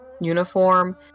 uniform